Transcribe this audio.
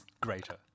greater